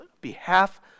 behalf